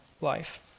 life